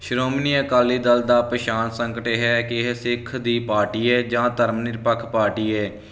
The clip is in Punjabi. ਸ਼੍ਰੋਮਣੀ ਅਕਾਲੀ ਦਲ ਦਾ ਪਹਿਚਾਨ ਸੰਕਟ ਇਹ ਹੈ ਕਿ ਇਹ ਸਿੱਖ ਦੀ ਪਾਰਟੀ ਹੈ ਜਾਂ ਧਰਮ ਨਿਰਪੱਖ ਪਾਰਟੀ ਹੈ